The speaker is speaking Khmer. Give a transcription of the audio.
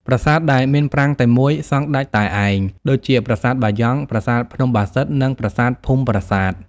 ប្រាសាទដែលមានប្រាង្គតែមួយ សង់ដាច់តែឯង ដូចជាប្រាសាទបាយ៉ង់ ប្រាសាទភ្នំបាសិទ្ធ និងប្រាសាទភូមិប្រាសាទ។